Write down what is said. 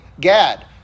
Gad